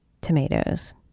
Tomatoes